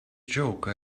joke